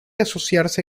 asociarse